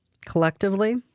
collectively